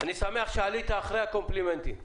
אני שמח שעלית אחרי הקומפלימנטים.